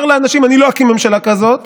הוא אמר לאנשים: אני לא אקים ממשלה כזאת,